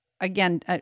Again